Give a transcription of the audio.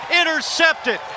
intercepted